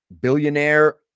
billionaire